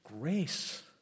grace